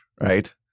right